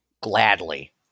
Gladly